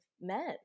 men